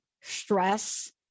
stress